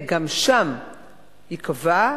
גם שם ייקבע,